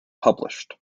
published